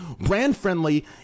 Brand-friendly